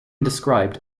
described